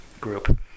group